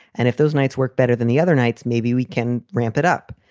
and if those nights work better than the other nights, maybe we can ramp it up.